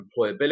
employability